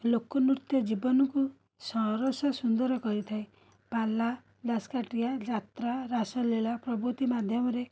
ଲୋକନୃତ୍ୟ ଜୀବନକୁ ସରସ ସୁନ୍ଦର କରିଥାଏ ପାଲା ଦାସକାଠିଆ ଯାତ୍ରା ରାସଲୀଳା ପ୍ରଭୂତି ମାଧ୍ୟମରେ